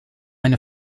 eine